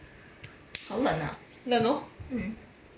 冷哦